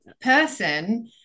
person